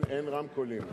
לא שומעים.